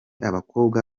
abakobwa